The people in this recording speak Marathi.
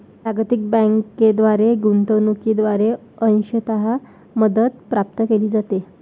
जागतिक बँकेद्वारे गुंतवणूकीद्वारे अंशतः मदत प्राप्त केली जाते